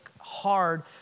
hard